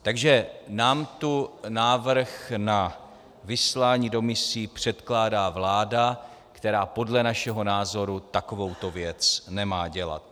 Takže nám tu návrh na vyslání do misí předkládá vláda, která podle našeho názoru takovouto věc nemá dělat.